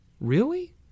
Really